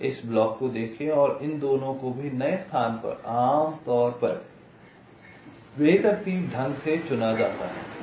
इस ब्लॉक को देखें और इन दोनों को भी नए स्थान पर आमतौर पर बेतरतीब ढंग से चुना जाता है